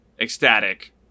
ecstatic